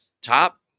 top